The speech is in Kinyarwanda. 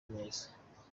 neza